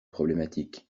problématique